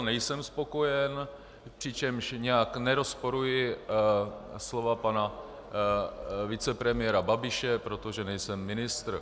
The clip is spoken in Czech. Nejsem spokojen, přičemž nijak nerozporuji slova pana vicepremiéra Babiše, protože nejsem ministr.